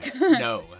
No